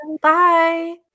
Bye